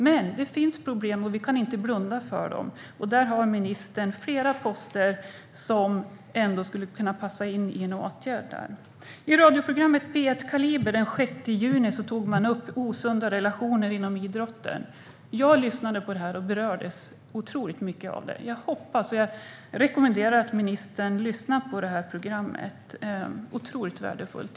Men det finns problem, och vi kan inte blunda för dem. Ministern har flera poster som skulle kunna passa för att vidta en åtgärd där. I radioprogrammet Kaliber i P1 den 6 juni tog man upp osunda relationer inom idrotten. Jag lyssnade på det och berördes otroligt mycket. Jag rekommenderar och hoppas att ministern lyssnar på det programmet. Det är otroligt värdefullt.